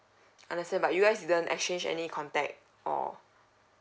understand but you guys didn't exchange any contact or